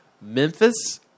Memphis